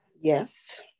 Yes